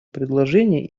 предложение